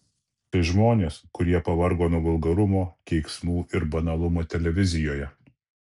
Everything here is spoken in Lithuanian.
tai žmonės kurie pavargo nuo vulgarumo keiksmų ir banalumo televizijoje